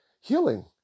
Healing